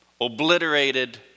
obliterated